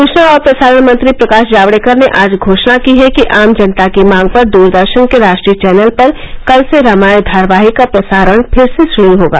सूचना और प्रसारण मंत्री प्रकाश जावड़ेकर ने आज घोषणा की है कि आम जनता की मांग पर दूरदर्शन के राष्ट्रीय चैनल पर कल से रामायण धारावाहिक का प्रसारण फिर से शुरू होगा